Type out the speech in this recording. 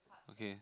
okay